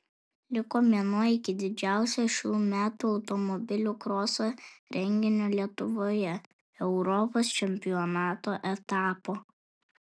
liko mėnuo iki didžiausio šių metų automobilių kroso renginio lietuvoje europos čempionato etapo